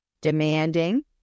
demanding